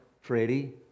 Freddie